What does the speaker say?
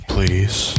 Please